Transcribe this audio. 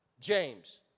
James